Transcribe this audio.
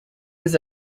was